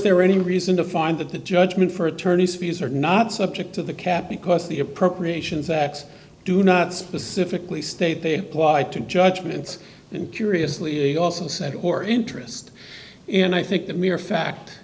there any reason to find that the judgment for attorneys fees are not subject to the cap because the appropriations acts do not specifically state pay plied to judgments and curiously also said or interest in i think the mere fact